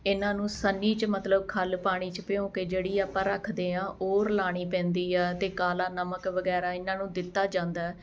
ਇਹਨਾਂ ਨੂੰ ਸੰਨੀ 'ਚ ਮਤਲਬ ਖੱਲ ਪਾਣੀ 'ਚ ਭਿਉਂ ਕੇ ਜਿਹੜੀ ਆਪਾਂ ਰੱਖਦੇ ਹਾਂ ਉਹ ਰਲਾਉਣੀ ਪੈਂਦੀ ਆ ਅਤੇ ਕਾਲਾ ਨਮਕ ਵਗੈਰਾ ਇਹਨਾਂ ਨੂੰ ਦਿੱਤਾ ਜਾਂਦਾ